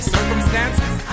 Circumstances